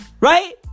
Right